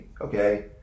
okay